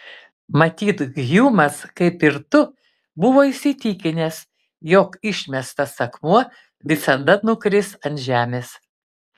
matyt hjumas kaip ir tu buvo įsitikinęs jog išmestas akmuo visada nukris ant žemės